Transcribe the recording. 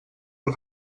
els